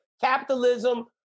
capitalism